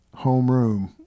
homeroom